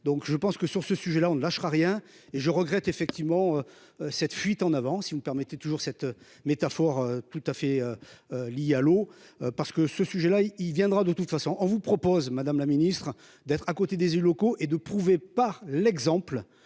Donc je pense que sur ce sujet-là, on ne lâchera rien et je regrette effectivement. Cette fuite en avant, si vous me permettez, toujours cette métaphore. Tout à fait. Liées à l'eau parce que ce sujet-là il viendra de toute façon on vous propose madame la Ministre, d'être à côté des locaux et de prouver par l'exemple,